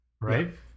right